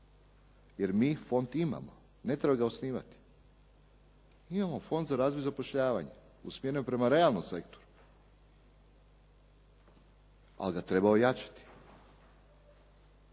jer mi fond imamo. Ne treba ga osnivati. Imamo Fond za razvoj i zapošljavanje usmjeren prema realnom sektoru, ali ga treba ojačati.